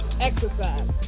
exercise